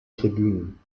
tribünen